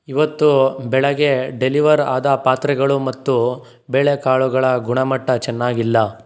ಇವತ್ತು ಬೆಳಿಗ್ಗೆ ಡೆಲಿವರ್ ಆದ ಪಾತ್ರೆಗಳು ಮತ್ತು ಬೇಳೆ ಕಾಳುಗಳ ಗುಣಮಟ್ಟ ಚೆನ್ನಾಗಿಲ್ಲ